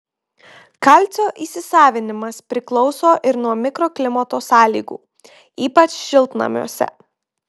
kalcio įsisavinimas priklauso ir nuo mikroklimato sąlygų ypač šiltnamiuose